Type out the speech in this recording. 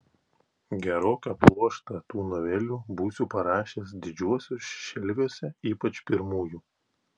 geroką pluoštą tų novelių būsiu parašęs didžiuosiuos šelviuose ypač pirmųjų